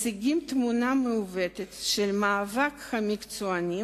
מציגים תמונה מעוותת של "מאבק המקצוענים